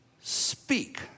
speak